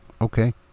okay